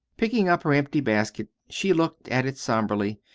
picking up her empty basket she looked at it somberly.